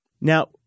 Now